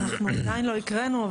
אנחנו עדיין לא הקראנו.